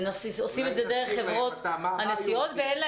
הם עושים את זה דרך חברות הנסיעות ולחברות הנסיעות אין,